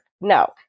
No